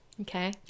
Okay